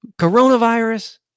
coronavirus